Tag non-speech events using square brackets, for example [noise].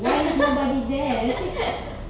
[laughs]